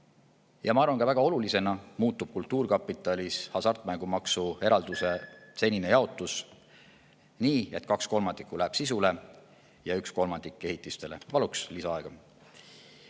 Ma arvan, et väga olulise [asjana] muutub ka kultuurkapitali hasartmängumaksu eraldamise senine jaotus nii, et kaks kolmandikku läheb sisusse ja üks kolmandik ehitistele. Paluks lisaaega.